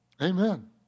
Amen